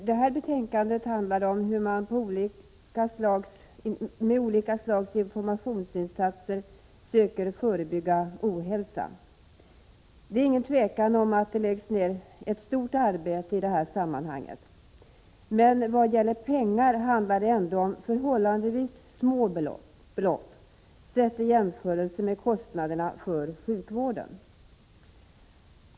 Herr talman! Betänkandet handlar om hur man med olika slag av informationsinsatser söker förebygga ohälsa. Det är inget tvivel om att det läggs ned ett stort arbete på det här området, men när det gäller pengar handlar det ändå om förhållandevis små belopp i jämförelse med kostnaderna för sjukvården.